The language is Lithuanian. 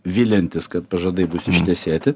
viliantis kad pažadai bus ištesėti